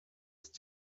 ist